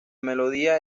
melodía